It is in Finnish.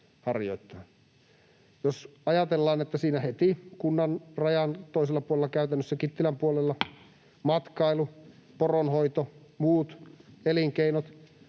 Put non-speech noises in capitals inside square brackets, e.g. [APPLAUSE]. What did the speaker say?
jos ajatellaan, että siinä heti kunnan rajan toisella puolella, käytännössä Kittilän puolella, [NOISE] matkailu, poronhoito, muut elinkeinot,